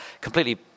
completely